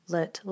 Let